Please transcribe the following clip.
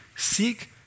seek